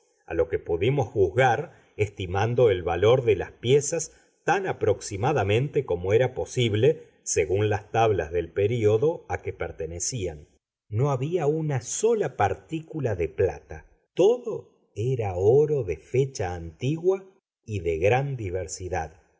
a lo que pudimos juzgar estimando el valor de las piezas tan aproximadamente como era posible según las tablas del período a que pertenecían no había una sola partícula de plata todo era oro de fecha antigua y de gran diversidad